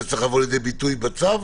זה צריך לבוא לידי ביטוי בצו?